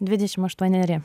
dvidešim aštuoneri